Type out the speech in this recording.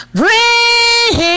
bring